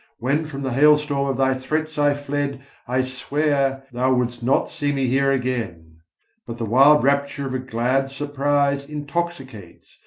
when from the hail-storm of thy threats i fled i sware thou wouldst not see me here again but the wild rapture of a glad surprise intoxicates,